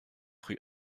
rue